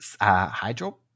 Hydro